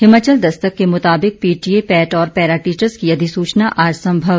हिमाचल दस्तक के मुताबिक PTA PAT और पैरा टीचर्स की अधिसूचना आज संभव